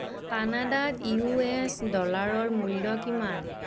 কানাডাত U S ডলাৰৰ মূল্য কিমান